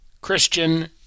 Christian